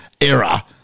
era